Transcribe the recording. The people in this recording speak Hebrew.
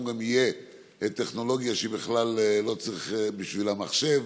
גם תהיה טכנולוגיה שלא צריך בשבילה מחשב.